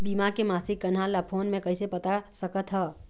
बीमा के मासिक कन्हार ला फ़ोन मे कइसे पता सकत ह?